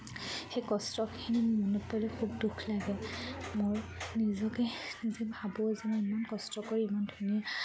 সেই কষ্টখিনি মনত পৰিলে খুব দুখ লাগে মোৰ নিজকে নিজে ভাবোঁ যে মই ইমান কষ্ট কৰি ইমান ধুনীয়া